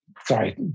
Sorry